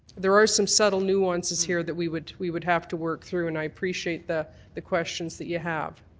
there are some subtle nuances here that we would we would have to work through, and i appreciate the the questions that you have.